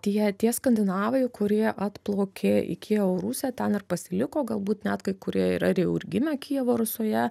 tie tie skandinavai kurie atplaukė į kijevo rusią ten ir pasiliko galbūt net kai kurie yra jau ir gimę kijevo rusioje